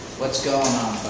what's going